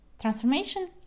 Transformation